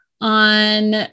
on